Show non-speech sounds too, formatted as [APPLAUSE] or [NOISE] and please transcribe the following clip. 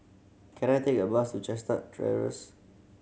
can I take a bus to Chestnut [UNINTELLIGIBLE]